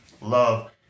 love